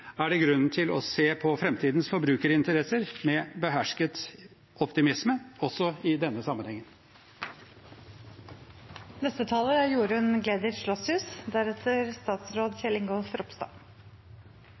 er det grunn til å se på framtidens forbrukerinteresser med behersket optimisme – også i denne